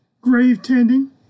grave-tending